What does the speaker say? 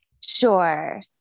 Sure